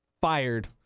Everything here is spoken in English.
fired